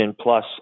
plus